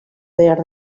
behar